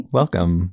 welcome